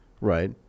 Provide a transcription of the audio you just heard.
right